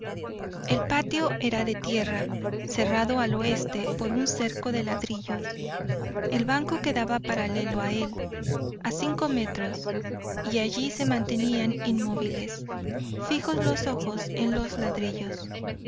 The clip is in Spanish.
el patio era de tierra cerrado al oeste por un cerco de ladrillos el banco quedaba paralelo a él a cinco metros y allí se mantenían inmóviles fijos los ojos en los ladrillos